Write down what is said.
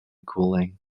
cooling